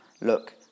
look